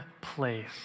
place